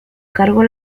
cargo